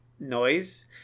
noise